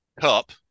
cup